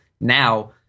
now